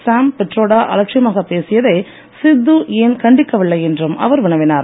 சாம் பிட்ரோடா அலட்சியமாக பேசியதை சித்து ஏன் கண்டிக்கவில்லை என்றும் அவர் வினவினார்